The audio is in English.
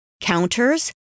counters